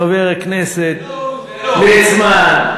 חבר הכנסת ליצמן,